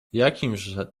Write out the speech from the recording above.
jakimże